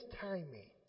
timing